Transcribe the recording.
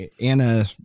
Anna